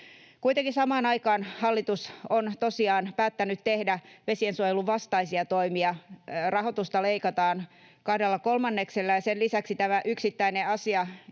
Kuitenkin samaan aikaan hallitus on tosiaan päättänyt tehdä vesiensuojelun vastaisia toimia. Rahoitusta leikataan kahdella kolmanneksella, ja sen lisäksi tämä yksittäinen asia,